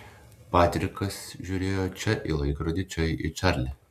patrikas žiūrėjo čia į laikrodį čia į čarlį